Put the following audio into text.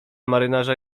marynarza